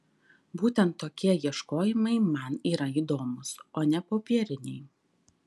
būtent tokie ieškojimai man yra įdomūs o ne popieriniai